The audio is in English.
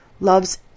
Loves